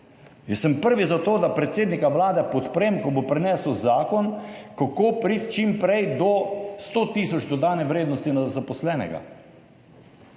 Jaz sem prvi za to, da predsednika Vlade podprem, ko bo prinesel zakon, kako priti čim prej do 100 tisoč evrov dodane vrednosti na zaposlenega.